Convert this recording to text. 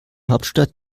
hauptstadt